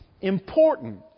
important